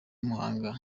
muhanga